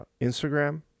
Instagram